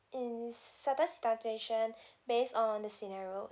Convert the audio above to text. in certain situation based on the scenario